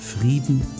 Frieden